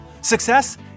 Success